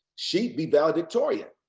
she'd be valedictorian.